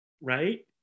right